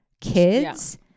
kids